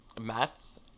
meth